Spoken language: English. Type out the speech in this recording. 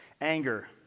anger